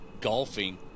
golfing